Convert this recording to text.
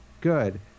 good